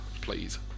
please